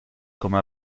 come